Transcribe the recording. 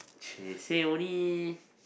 !chey! say only